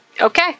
okay